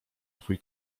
twój